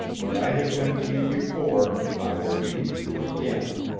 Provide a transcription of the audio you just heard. what i have been to you before, i will be to you again,